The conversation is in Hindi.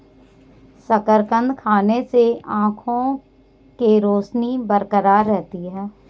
शकरकंद खाने से आंखों के रोशनी बरकरार रहती है